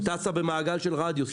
היא טסה במעגל של רדיוס.